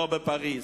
לא בפריס.